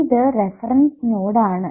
ഇത് reference node ആണ്